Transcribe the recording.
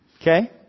Okay